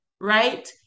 right